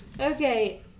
Okay